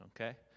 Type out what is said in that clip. okay